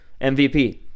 MVP